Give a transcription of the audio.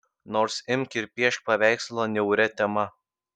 nors imk ir piešk paveikslą niauria tema